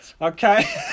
Okay